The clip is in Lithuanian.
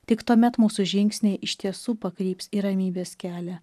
tik tuomet mūsų žingsniai iš tiesų pakryps į ramybės kelią